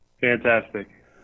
Fantastic